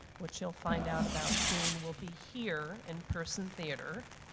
which you'll find out about soon, will be here in person theater,